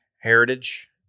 Heritage